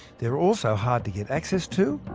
they are also hard to get access to,